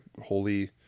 holy